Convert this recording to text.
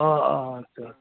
অঁ অঁ আচ্ছা আচ্ছা